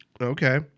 Okay